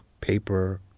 paper